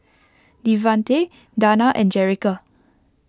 Devante Danna and Jerrica